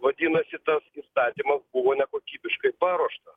vadinasi tas įstatymas buvo nekokybiškai paruošta